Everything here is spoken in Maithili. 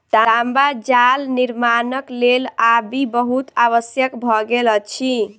तांबा जाल निर्माणक लेल आबि बहुत आवश्यक भ गेल अछि